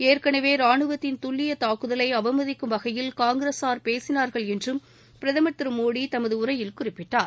ஏற்கனவே ராணுவத்தின் துல்லிய தாக்குதவையும் அவமதிக்கும் வகையில் காங்கிரஸார் பேசினார்கள் என்றும் பிரதமர் திரு மோடி தனது உரையில் குறிப்பிட்டார்